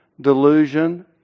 delusion